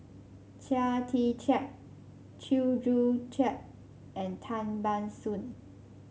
Chia Tee Chiak Chew Joo Chiat and Tan Ban Soon